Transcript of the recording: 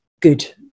good